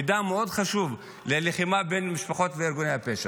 מידע מאוד חשוב, ללחימה בין משפחות וארגוני הפשע.